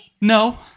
No